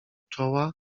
czoła